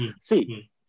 See